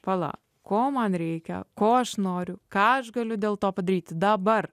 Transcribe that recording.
pala ko man reikia ko aš noriu ką aš galiu dėl to padaryti dabar